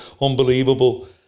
unbelievable